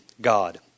God